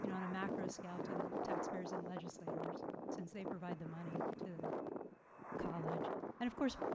and on a macro scale to the taxpayers and legislators since they provide the money to the college and, of course,